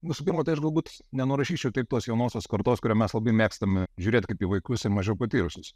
visų pirma tai aš galbūt nenurašyčiau taip tos jaunosios kartos kurio mes labai mėgstam žiūrėti kaip į vaikus mažiau patyrusius